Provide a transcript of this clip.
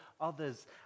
others